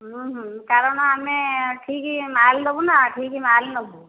କାରଣ ଆମେ ଠିକ୍ ମାଲ୍ ନେବୁ ନା ଠିକ୍ ମାଲ୍ ନେବୁ